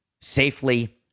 safely